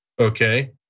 Okay